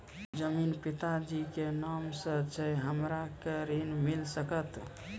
जमीन पिता जी के नाम से छै हमरा के ऋण मिल सकत?